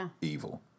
evil